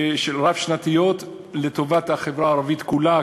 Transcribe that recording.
רב-שנתיות לטובת החברה הערבית כולה,